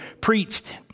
preached